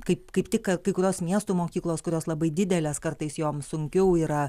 kaip kaip tik ka kai kurios miestų mokyklos kurios labai didelės kartais joms sunkiau yra